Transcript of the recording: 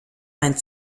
mein